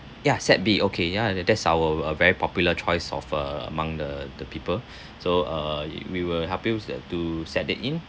ya set B okay ya that's our uh very popular choice of uh among the the people so uh we will help you to set that in